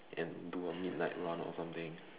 and do a midnight run or something